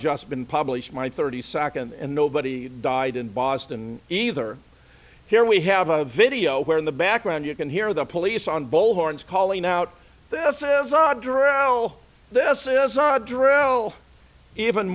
just been published my thirty seconds and nobody died in boston either here we have a video where in the background you can hear the police on bull horns calling out this is odd drill